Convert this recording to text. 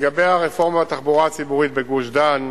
לגבי הרפורמה בתחבורה הציבורית בגוש-דן,